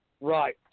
Right